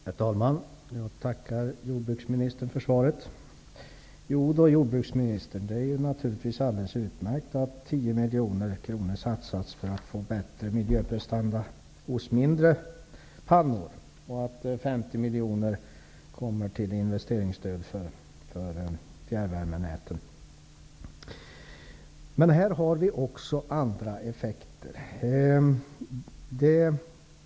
Herr talman! Jag tackar jordbruksministern för svaret. Jodå, jordbruksministern, det är naturligtvis alldeles utmärkt att 10 miljoner kronor satsats för att få bättre miljöprestanda på mindre pannor och att 50 miljoner i investeringsstöd går till fjärrvärmenäten. Men här har vi också andra effekter.